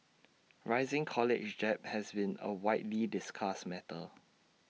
rising college has been A widely discussed matter